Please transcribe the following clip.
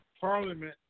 Parliament